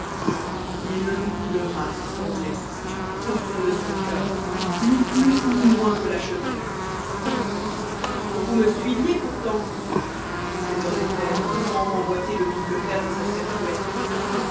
et le loup pleura ce semblait du profond de son cœur ni plus ni moins que la chevrette vous me suiviez pourtant dit trésor des fèves sans rembotter le double fer de sa serfouette